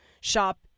Shop